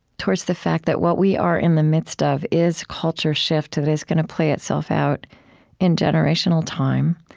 towards the fact that what we are in the midst of is culture shift. it is going to play itself out in generational time.